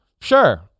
Sure